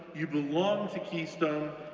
you belong to keystone,